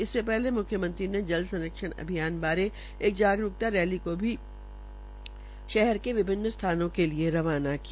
इससे पहले मुख्यमंत्री ने जल संरक्षण अभियान अभियान बारे एक जागरूकता रैली को भी शहर के विभिन्न स्थानों के लिये रवाना किया